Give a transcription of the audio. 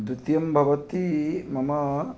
द्वितीयं भवति मम